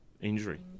injury